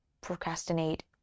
procrastinate